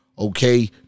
Okay